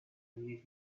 read